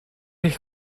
eich